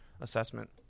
assessment